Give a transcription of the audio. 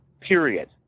Period